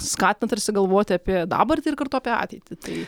skatina tarsi galvoti apie dabartį ir kartu apie ateitį tai